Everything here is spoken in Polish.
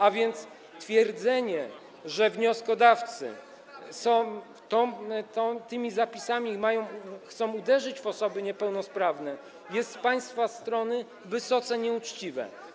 A więc twierdzenie, że wnioskodawcy tymi zapisami chcą uderzyć w osoby niepełnosprawne, jest z państwa strony wysoce nieuczciwe.